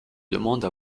demande